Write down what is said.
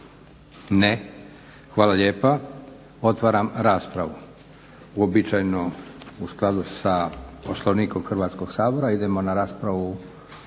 Ne. Hvala lijepa. Otvaram raspravu uobičajeno u skladu sa Poslovnikom Hrvatskog sabora idemo na raspravu